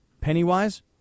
Pennywise